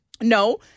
No